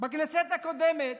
בכנסת הקודמת